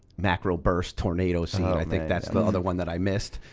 macro burst tornado scene i think that's the other one that i missed.